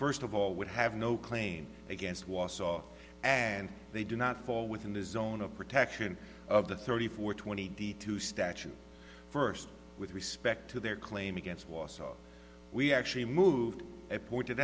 first of all would have no claim against wausau and they do not fall within the zone of protection of the thirty four twenty two statute first with respect to their claim against wausau we actually moved i pointed